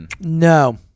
No